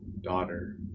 daughter